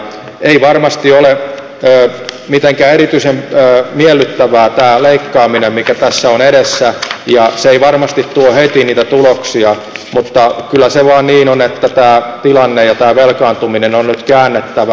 ei varmasti ole mitenkään erityisen miellyttävää tämä leikkaaminen mikä tässä on edessä ja se ei varmasti tuo heti niitä tuloksia mutta kyllä se vain niin on että tämä tilanne ja tämä velkaantuminen on nyt käännettävä